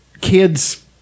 kids